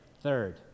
Third